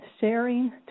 sharing